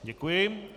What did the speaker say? Děkuji.